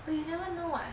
but you'll never know [what]